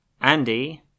Andy